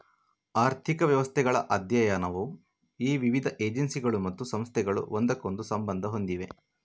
ಆರ್ಥಿಕ ವ್ಯವಸ್ಥೆಗಳ ಅಧ್ಯಯನವು ಈ ವಿವಿಧ ಏಜೆನ್ಸಿಗಳು ಮತ್ತು ಸಂಸ್ಥೆಗಳು ಒಂದಕ್ಕೊಂದು ಸಂಬಂಧ ಹೊಂದಿವೆ